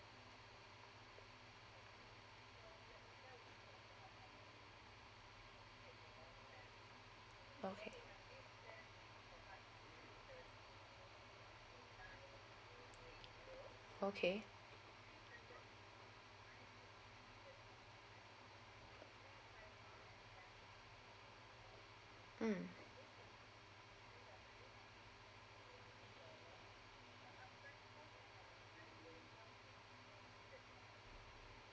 okay okay mm